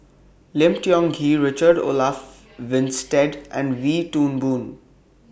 Lim Tiong Ghee Richard Olaf Winstedt and Wee Toon Boon